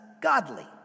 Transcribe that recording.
godly